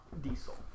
Diesel